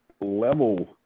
level